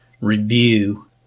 review